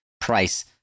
price